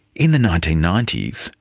in the nineteen ninety s,